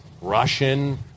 Russian